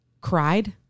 cried